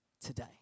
today